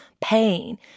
pain